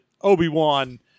Obi-Wan